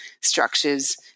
structures